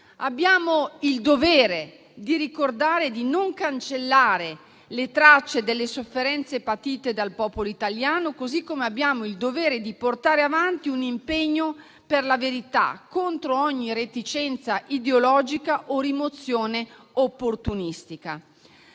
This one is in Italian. Abbiamo il dovere di ricordare, di non cancellare le tracce delle sofferenze patite dal popolo italiano, così come abbiamo il dovere di portare avanti un impegno per la verità, contro ogni reticenza ideologica o rimozione opportunistica.